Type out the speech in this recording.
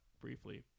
briefly